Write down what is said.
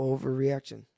Overreaction